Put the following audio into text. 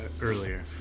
earlier